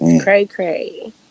Cray-cray